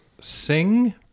sing